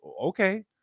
okay